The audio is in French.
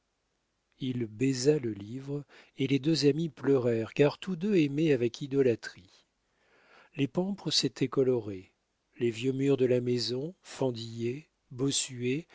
il baisa le livre et les deux amis pleurèrent car tous deux aimaient avec idolâtrie les pampres s'étaient colorés les vieux murs de la maison fendillés